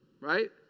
right